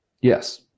Yes